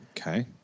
Okay